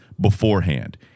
beforehand